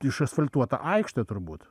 išasfaltuota aikštė turbūt